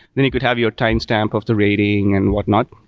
then you could have your timestamp of the rating and whatnot.